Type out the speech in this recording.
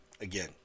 again